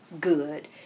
good